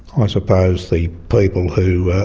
i suppose the people who are